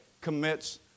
commits